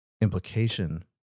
implication